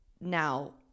now